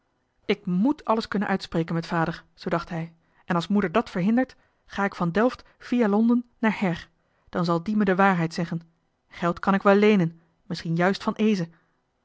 ik met alles uit kunnen spreken met vader zoo dacht hij en als moeder dat verhindert ga ik van delft via londen naar her dan zal die me de waarheid zeggen geld kan ik wel leenen misschien juist van eeze